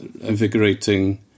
invigorating